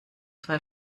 zwei